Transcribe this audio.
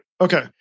Okay